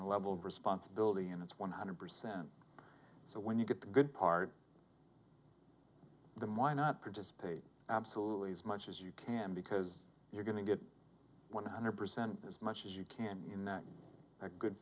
a level of responsibility and it's one hundred percent so when you get the good part the my not participate absolutely as much as you can because you're going to get one hundred percent as much as you can in the good